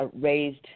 raised